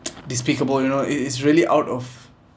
despicable you know it's it's really out of